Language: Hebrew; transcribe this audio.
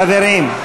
חברים,